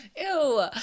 Ew